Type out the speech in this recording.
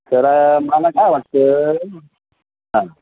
sir मला काय वाटतं हां